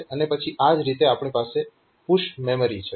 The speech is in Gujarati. અને પછી આ જ રીતે આપણી પાસે પુશ મેમરી છે